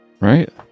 Right